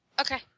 Okay